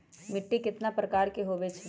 मिट्टी कतना प्रकार के होवैछे?